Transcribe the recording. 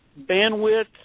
Bandwidth